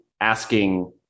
asking